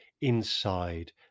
inside